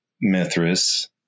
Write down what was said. Mithras